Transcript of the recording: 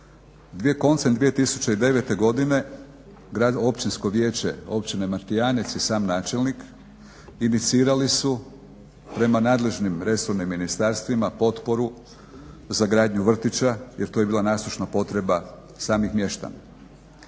koncem 2009. godine Općinsko vijeće općine Martijanec i sam načelnik inicirali su prema nadležnim resornim ministarstvima potporu za gradnju vrtića jer to je bila nasušna potreba samih mještana.